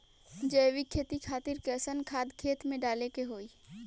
जैविक खेती खातिर कैसन खाद खेत मे डाले के होई?